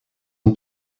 een